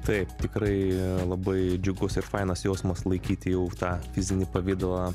taip tikrai labai džiugus ir fainas jausmas laikyti jau tą fizinį pavidalą